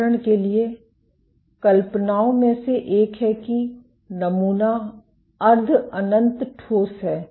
उदाहरण के लिए कल्पनाओं में से एक है कि नमूना अर्ध अनंत ठोस है